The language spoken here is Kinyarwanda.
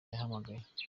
yahamagaye